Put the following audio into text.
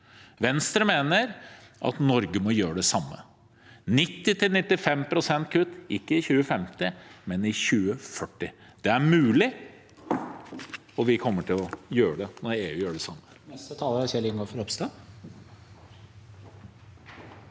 Venstre mener at Norge må gjøre det samme – 90–95 pst. kutt ikke i 2050, men i 2040. Det er mulig, og vi kommer til å gjøre det når EU gjør det samme.